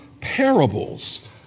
parables